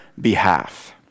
behalf